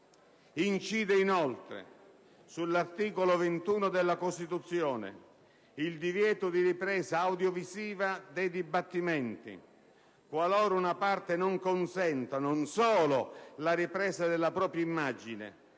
Incide, inoltre, sull'articolo 21 della Costituzione il divieto di ripresa audiovisiva dei dibattimenti, qualora una parte non consenta non solo alla ripresa della propria immagine,